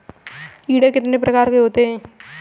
कीड़े कितने प्रकार के होते हैं?